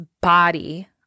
body